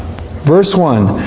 verse one.